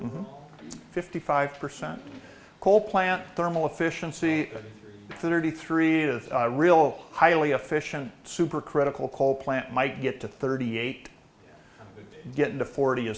their fifty five percent coal plant thermal efficiency a good thirty three of real highly efficient supercritical coal plant might get to thirty eight getting to forty